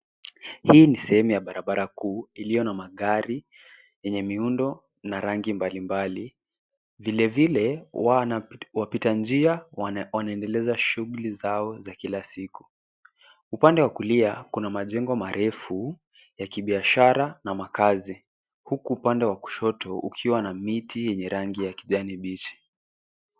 Hii ni sehemu ya barabara kuu iliyo na magari yenye miundo na rangi mbalimbali vile vile wapitanjia wanaendeleza shughuli zao za kila siku. Upande wa kulia kuna majengo marefu ya kibiashara na makazi huku upande wa kushoto ukiwa na miti ya rangi ya kijani bichi.